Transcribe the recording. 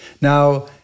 Now